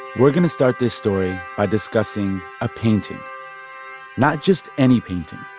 we're going to start this story by discussing a painting not just any painting,